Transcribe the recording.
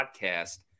podcast